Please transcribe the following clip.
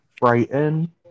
Brighton